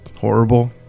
horrible